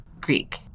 Greek